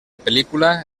pel·lícula